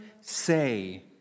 say